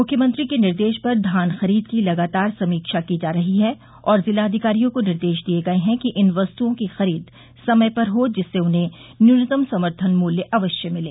मुख्यमंत्री के निर्देश पर धान खरीद की लगातार समीक्षा की जा रही है और जिलाधिकारियों को निर्देश दिये गये है कि इन वस्त्ओं की खरीद समय पर हो जिससे उन्हें न्यूनतम समर्थन मूल्य अवश्य मिले